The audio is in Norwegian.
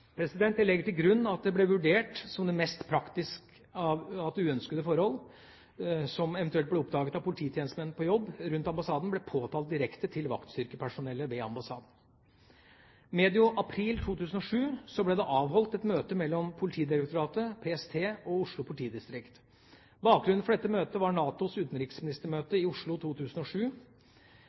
Jeg legger til grunn at det ble vurdert som mest praktisk at uønskede forhold som eventuelt ble oppdaget av polititjenestemenn på jobb rundt ambassaden, ble påtalt direkte til vaktstyrkepersonellet ved ambassaden. Medio april 2007 ble det avholdt et møte mellom Politidirektoratet, PST og Oslo politidistrikt. Bakgrunnen for dette møtet var NATOs utenriksministermøte i Oslo 2007.